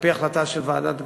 על-פי החלטה של ועדת גרונאו,